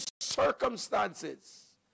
circumstances